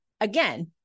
Again